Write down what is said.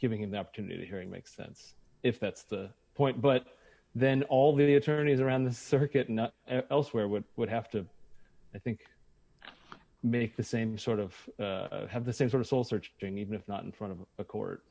the opportunity hearing makes sense if that's the point but then all the attorneys around the circuit not elsewhere what would have to i think make the same sort of have the same sort of soul searching even if not in front of a court